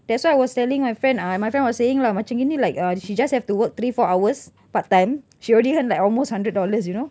that's why I was telling my friend uh and my friend was saying lah macam gini like uh she just have to work three four hours part time she already earn like almost hundred dollars you know